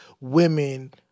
women